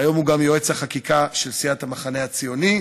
והיום הוא גם יועץ החקיקה של סיעת המחנה הציוני.